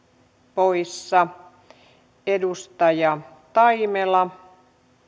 poissa edustaja taimela